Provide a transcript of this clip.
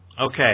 Okay